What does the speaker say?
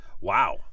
wow